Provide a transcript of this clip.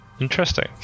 Interesting